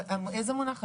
איזה מונח?